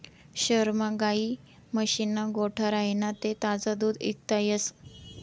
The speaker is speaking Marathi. शहरमा गायी म्हशीस्ना गोठा राह्यना ते ताजं दूध इकता येस